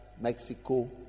Mexico